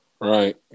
Right